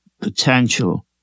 potential